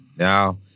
Now